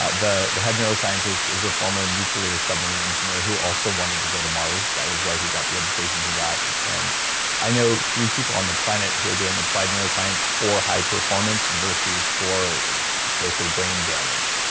ah the the head neuroscientist is a former nuclear submarine engineer who also wanted to go to mars. that was why he got the education he got. and i know three people on the planet who are doing applied neuroscience for high performance versus for basically brain damage.